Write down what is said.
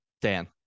Dan